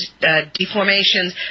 deformations